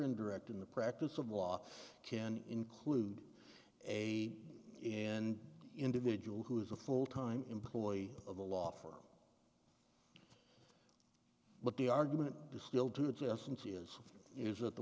indirect in the practice of law can include a and individual who is a full time employee of a law firm but the argument still to justin's is is that the